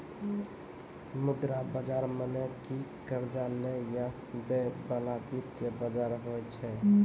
मुद्रा बजार मने कि कर्जा लै या दै बाला वित्तीय बजार होय छै